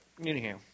anyhow